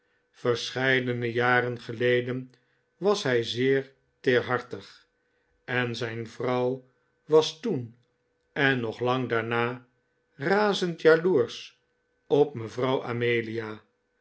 verscheidene jaren geleden was hij zeer teerhartig en zijn vrouw was toen en nog lang daarna razend jaloersch op mevrouw amelia